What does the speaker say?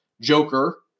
Joker